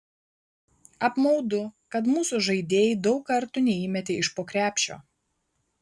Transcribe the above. apmaudu kad mūsų žaidėjai daug kartų neįmetė iš po krepšio